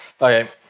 Okay